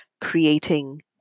creating